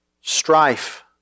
Strife